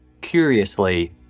Curiously